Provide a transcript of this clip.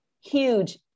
huge